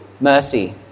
mercy